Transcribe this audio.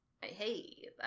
hey